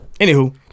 Anywho